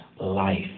life